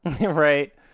Right